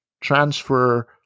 transfer